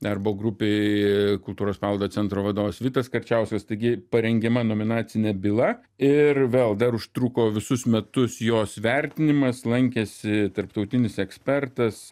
darbo grupei kultūros paveldo centro vadovas vitas karčiauskas taigi parengiama nominacinė byla ir vėl dar užtruko visus metus jos vertinimas lankėsi tarptautinis ekspertas